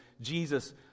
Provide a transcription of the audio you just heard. Jesus